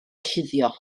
cuddio